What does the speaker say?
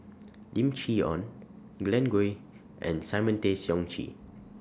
Lim Chee Onn Glen Goei and Simon Tay Seong Chee